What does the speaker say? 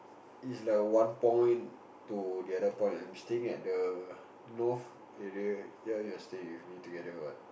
it's like one point to the other point I'm staying at the North area ya you're staying with me together what